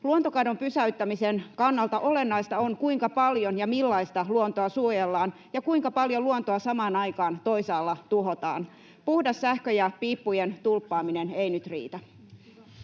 Luontokadon pysäyttämisen kannalta olennaista on se, kuinka paljon ja millaista luontoa suojellaan ja kuinka paljon luontoa samaan aikaan toisaalla tuhotaan. Puhdas sähkö ja piippujen tulppaaminen eivät nyt riitä.